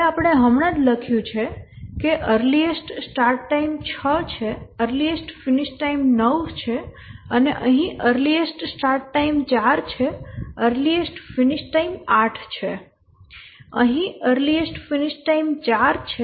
હવે આપણે હમણાં જ લખ્યું છે કે અર્લીએસ્ટ સ્ટાર્ટ ટાઈમ 6 છે અર્લીએસ્ટ ફિનિશ ટાઈમ 9 છે અને અહીં અર્લીએસ્ટ સ્ટાર્ટ ટાઈમ 4 છે અર્લીએસ્ટ ફિનિશ ટાઈમ 8 છે